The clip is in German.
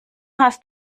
hast